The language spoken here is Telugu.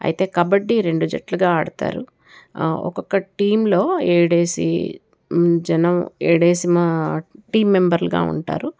అయితే కబడ్డీ రెండు జట్లుగా ఆడతారు ఒక్కొక్క టీంలో ఏడేసి జనం ఏడేసి మా టీమ్ మెంబర్లుగా ఉంటారు